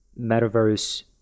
metaverse